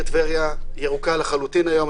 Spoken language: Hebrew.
העיר טבריה ירוקה לחלוטין היום.